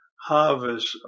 harvest